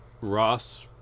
Ross